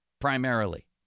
primarily